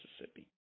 Mississippi